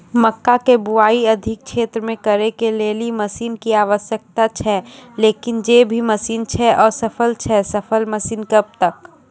मक्का के बुआई अधिक क्षेत्र मे करे के लेली मसीन के आवश्यकता छैय लेकिन जे भी मसीन छैय असफल छैय सफल मसीन कब तक?